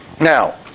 Now